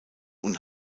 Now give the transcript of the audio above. und